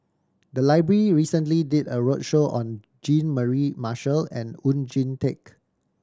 the library recently did a roadshow on Jean Mary Marshall and Oon Jin Teik